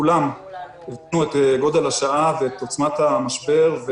כולם הבינו את גודל השעה ואת עוצמת המשבר.